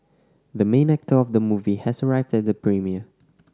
the main actor of the movie has arrived at the premiere